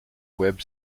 web